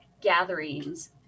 gatherings